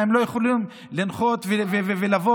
מה, הם לא יכולים לנחות ולבוא,